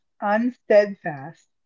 unsteadfast